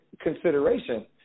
consideration